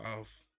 off